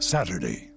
Saturday